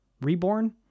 Reborn